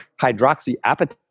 hydroxyapatite